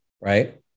right